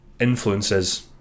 influences